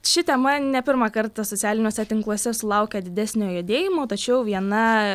ši tema ne pirmą kartą socialiniuose tinkluose sulaukia didesnio judėjimo tačiau viena